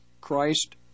Christ